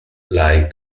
lie